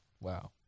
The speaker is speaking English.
Wow